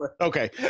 Okay